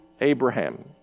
Abraham